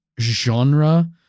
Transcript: genre